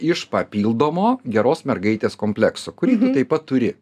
iš papildomo geros mergaitės komplekso kurį taip pat turi